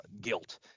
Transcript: guilt